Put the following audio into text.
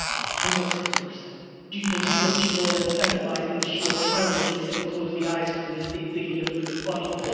ah hundred thousand. do you believe that people are incentivized in the short term which makes them close the eyes cause they think they can get through the funnel?